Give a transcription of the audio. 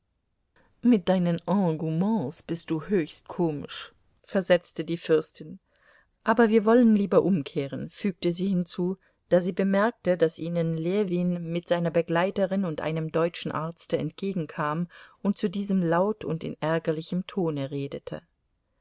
mit deinen engouements bist du höchst komisch versetzte die fürstin aber wir wollen lieber umkehren fügte sie hinzu da sie bemerkte daß ihnen ljewin mit seiner begleiterin und einem deutschen arzte entgegenkam und zu diesem laut und in ärgerlichem tone redete